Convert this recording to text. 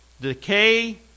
Decay